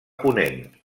ponent